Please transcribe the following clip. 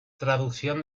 traducción